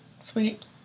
sweet